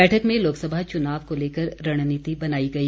बैठक में लोकसभा चुनाव को लेकर रणनीति बनाई गई